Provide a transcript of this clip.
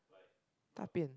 大便